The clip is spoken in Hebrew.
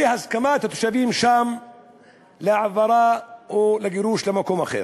בהסכמת התושבים שם להעברה או לגירוש למקום אחר.